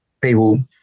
people